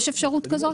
יש אפשרות כזאת?